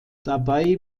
dabei